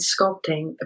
sculpting